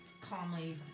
calmly